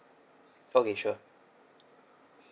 okay sure